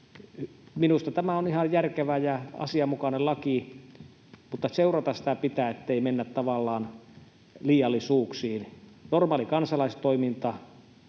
Minusta tämä on ihan järkevä ja asianmukainen laki, mutta seurata sitä pitää, ettei mennä tavallaan liiallisuuksiin. Normaalia kansalaistoimintaa,